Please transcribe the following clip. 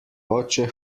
oče